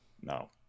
no